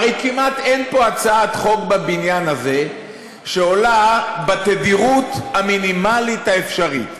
הרי כמעט אין פה הצעת חוק בבניין הזה שעולה בתדירות המינימלית האפשרית.